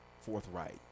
forthright